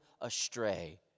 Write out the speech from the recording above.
astray